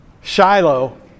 Shiloh